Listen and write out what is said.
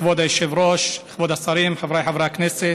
כבוד היושב-ראש, כבוד השרים, חבריי חברי הכנסת,